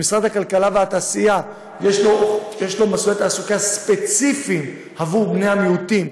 במשרד הכלכלה והתעשייה יש מסלולי תעסוקה ספציפיים עבור בני המיעוטים.